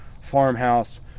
farmhouse